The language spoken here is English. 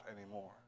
anymore